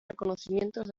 reconocimientos